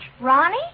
Ronnie